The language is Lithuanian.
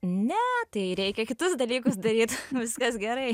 ne tai reikia kitus dalykus daryt viskas gerai